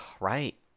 Right